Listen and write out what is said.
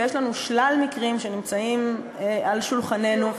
ויש לנו שלל מקרים שנמצאים על שולחננו,